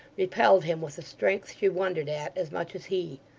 repelled him with a strength she wondered at as much as he.